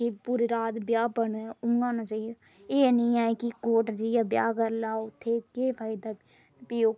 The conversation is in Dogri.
की पूरी रात ब्याह् बने इ'यां होने चाहिदे एह् निं ऐ कि कोर्ट जाइयै ब्याह् करी लैओ उत्थै केह् फायदा फ्ही